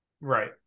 Right